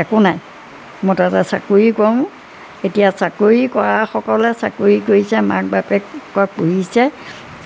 একো নাই মই তাতে চাকৰি কৰোঁ এতিয়া চাকৰি কৰা সকলে চাকৰি কৰিছে মাক বাপেকক পুহিছে